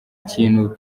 kintu